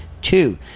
Two